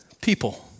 people